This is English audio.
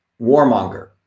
warmonger